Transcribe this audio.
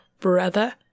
brother